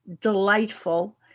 delightful